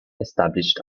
established